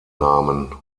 namen